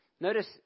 Notice